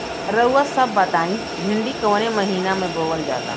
रउआ सभ बताई भिंडी कवने महीना में बोवल जाला?